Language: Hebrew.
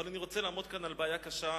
אבל אני רוצה לעמוד כאן על בעיה קשה.